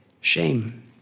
shame